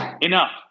enough